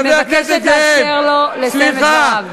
אני מבקשת לאפשר לו לסיים את דבריו.